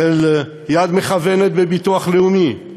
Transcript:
של יד מכוונת בביטוח לאומי,